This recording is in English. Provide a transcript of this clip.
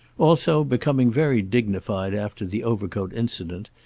also, becoming very dignified after the overcoat incident,